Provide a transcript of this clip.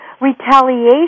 *Retaliation*